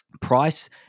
Price